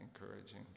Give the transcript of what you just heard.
encouraging